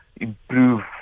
improve